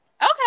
Okay